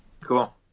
Cool